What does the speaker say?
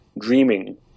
dreaming